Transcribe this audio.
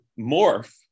morph